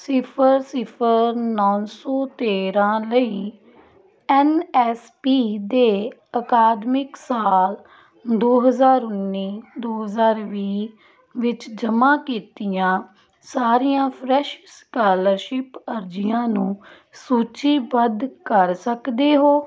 ਸਿਫ਼ਰ ਸਿਫ਼ਰ ਨੌਂ ਸੌ ਤੇਰ੍ਹਾਂ ਲਈ ਐੱਨ ਐੱਸ ਪੀ ਦੇ ਅਕਾਦਮਿਕ ਸਾਲ ਦੋ ਹਜ਼ਾਰ ਉੱਨੀ ਦੋ ਹਜ਼ਾਰ ਵੀਹ ਵਿੱਚ ਜਮ੍ਹਾਂ ਕੀਤੀਆਂ ਸਾਰੀਆਂ ਫਰੈਸ਼ ਸਕਾਲਰਸ਼ਿਪ ਅਰਜ਼ੀਆਂ ਨੂੰ ਸੂਚੀਬੱਧ ਕਰ ਸਕਦੇ ਹੋ